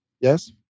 Yes